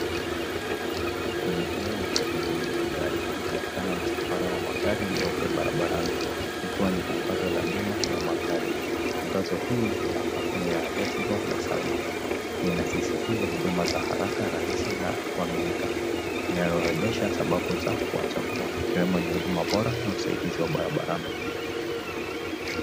Kwenye kio cha pembeni cha gari, inaonekana msafara wa magari nyeupe barabarani, ikiwa ni tangazo la bima ya magari. Tangazo hii la kampuni ya LetsGo na Salman ,lina sisitiza huduma za haraka ,rahisi na kuaminika linalo orodhesha sababu za kuwachagua, ikiwepo moja ni huduma bora na usaidizi barabarani.